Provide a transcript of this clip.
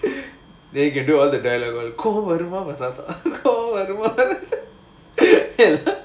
then you can do all the guy level கோபம்vவருமா வராதா கோபம் வருமா வராதா:kobam varumaa varaathaa kobam varumaa varaathaa